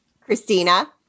Christina